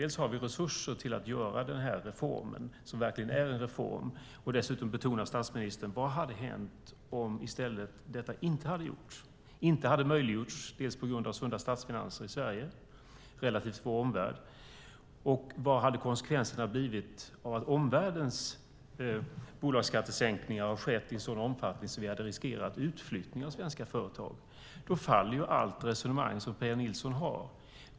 Vi har resurser att genomföra den här reformen, som verkligen är en reform. Finansministern betonar: Vad hade hänt om detta inte hade möjliggjorts på grund av sunda statsfinanser i Sverige jämfört med vår omvärld? Vad hade konsekvenserna blivit om omvärldens bolagsskattesänkningar hade skett i en sådan omfattning att vi hade riskerat utflyttningar av svenska företag? Då faller ju allt det resonemang som Pia Nilsson har.